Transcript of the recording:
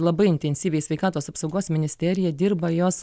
labai intensyviai sveikatos apsaugos ministerija dirba jos